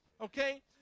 okay